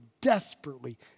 desperately